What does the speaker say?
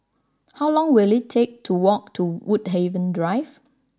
how long will it take to walk to Woodhaven Drive